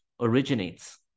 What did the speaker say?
originates